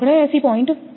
5 ની આસપાસ આવશે